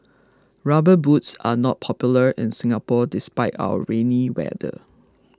rubber boots are not popular in Singapore despite our rainy weather